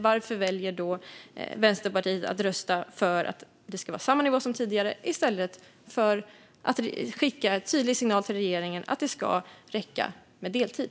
Varför väljer Vänsterpartiet att rösta för att det ska vara samma nivå som tidigare i stället för att skicka en tydlig signal till regeringen om att det ska räcka med deltid?